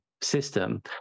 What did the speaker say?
system